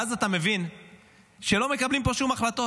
ואז אתה מבין שלא מקבלים פה שום החלטות.